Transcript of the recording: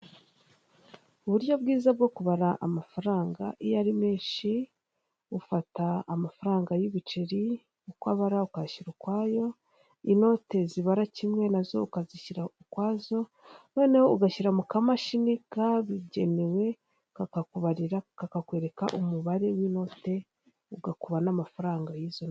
Uburyo bwiza bwo kubara amafaranga iyo ari menshi, ufata amafaranga y'ibiceri abarakwishyura ukwabyo, inote zibara kimwe nazo ukazishyira ukwazo, noneho ugashyira mu kamashini kabigenewe kakakubarira kakakwereka umubare w'inote ugakuba n'amafaranga yizo note.